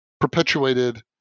perpetuated